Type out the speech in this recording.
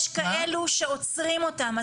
יש כאלו שעוצרים אותם.